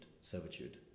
servitude